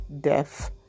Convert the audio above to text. death